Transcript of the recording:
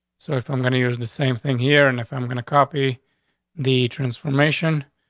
so if i'm going to use the same thing here, and if i'm gonna copy the transformation,